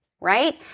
Right